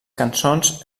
cançons